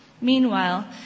Meanwhile